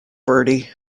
bertie